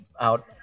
out